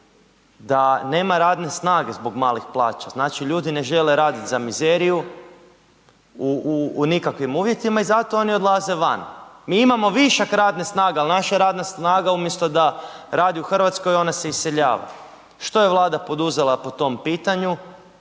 da nema radne snage zbog malih plaća, znači ljudi ne žele raditi za mizeriju u nikakvim uvjetima i zato oni odlaze van. Mi imamo višak radne snage ali naša radna snaga umjesto da radi u Hrvatskoj ona se iseljava. Što je Vlada poduzela po tom pitanju?